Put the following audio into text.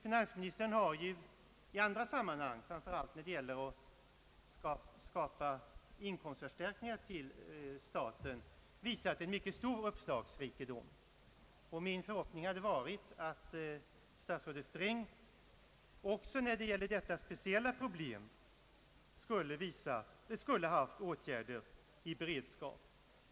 Finansministern har ju i andra sammanhang — framför allt när det gäller att skapa inkomstförstärkning till staten — visat en mycket stor uppslagsrikedom, och min förhoppning hade varit att statsrådet Sträng också i fråga om detta speciella problem skulle haft åtgärder i beredskap.